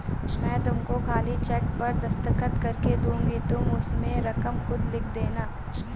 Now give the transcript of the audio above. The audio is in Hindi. मैं तुमको खाली चेक पर दस्तखत करके दूँगी तुम उसमें रकम खुद लिख लेना